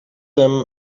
them